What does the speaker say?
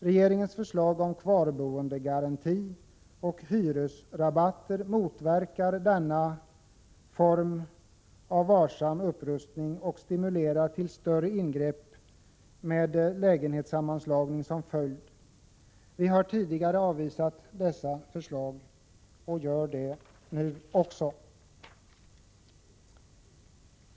Regeringens förslag om kvarboendegaranti och hyresrabatter motverkar denna form av varsam upprustning och stimulerar till större ingrepp med lägenhetssammanslagning som följd. Vi har tidigare avvisat dessa förslag, vilket vi gör också nu.